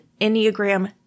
Enneagram